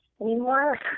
anymore